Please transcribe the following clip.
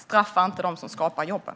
Straffa inte dem som skapar jobben!